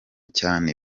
cyane